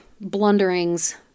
blunderings